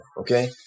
okay